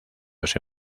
los